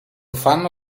fanno